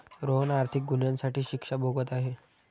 रोहन आर्थिक गुन्ह्यासाठी शिक्षा भोगत आहे